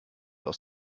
aus